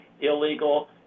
illegal